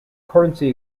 currency